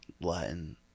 Latin